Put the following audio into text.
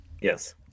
Yes